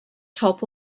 top